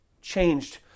Changed